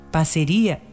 Parceria